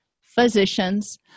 physicians